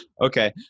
Okay